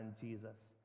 Jesus